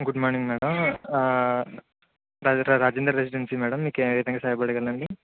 good morning madam రా Rajendra residency madam మీకు ఏ విదంగా సాయపడగలను అండి